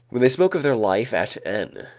when they spoke of their life at n,